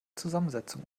zusammensetzung